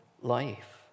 life